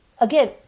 again